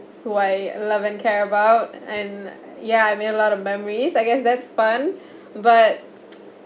who I love and care about and yeah I make a lot of memories I guess that's fun but